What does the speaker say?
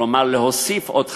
כלומר להוסיף עוד חדשים,